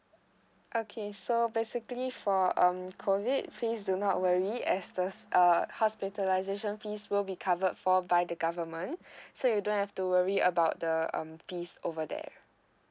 okay so basically for um COVID fees do not worry as a uh hospitalization fees will be covered for by the government so you don't have to worry about the um fees over there